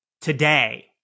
today